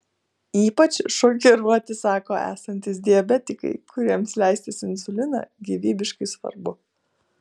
ypač šokiruoti sako esantys diabetikai kuriems leistis insuliną gyvybiškai svarbu